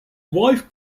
wife